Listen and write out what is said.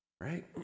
Right